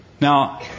Now